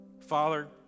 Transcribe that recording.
Father